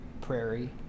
Prairie